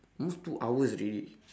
almost two hours already